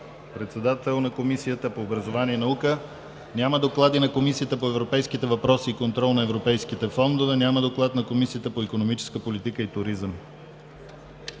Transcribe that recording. председател на Комисията по образованието и науката. Няма доклад на Комисията по европейските въпроси и контрол на европейските фондове. Няма доклад на Комисията по икономическа политика и туризъм.